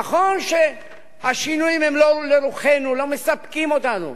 נכון שהשינויים הם לא לרוחנו, לא מספקים אותנו,